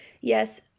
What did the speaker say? yes